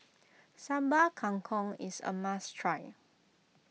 Sambal Kangkong is a must try